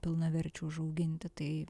pilnaverčių užauginti tai